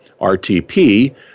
RTP